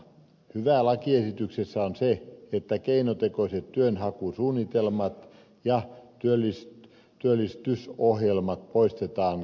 hyvää lakiesityksessä on se että keinotekoiset työnhakusuunnitelmat ja työllistysohjelmat poistetaan käytöstä